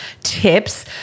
tips